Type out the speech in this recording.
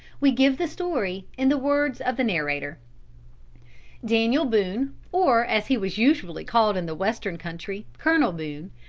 we give the story in the words of the narrator daniel boone, or as he was usually called in the western country, colonel boone,